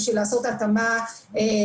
בשביל לעשות את ההתאמה התרבותית,